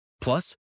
Plus